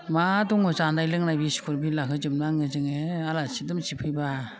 मा दङ जानाय लोंनाय बिस्किट बिला होजोबनाङो आलासि दुलासि फैब्ला